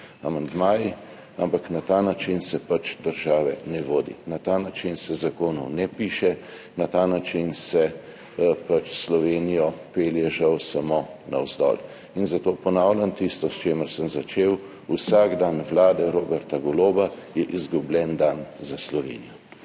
ampak na ta način se pač države ne vodi, na ta način se zakonov ne piše, na ta način se pač Slovenijo pelje, žal, samo navzdol. In zato ponavljam tisto, s čimer sem začel: Vsak dan vlade Roberta Goloba je izgubljen dan za Slovenijo.